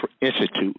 Institute